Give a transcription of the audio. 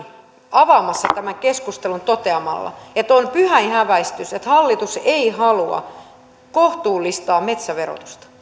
avaamassa tämän keskustelun toteamalla että on pyhäinhäväistys että hallitus ei halua kohtuullistaa metsäverotusta